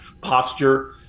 posture